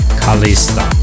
kalista